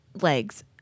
legs